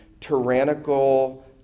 tyrannical